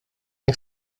nie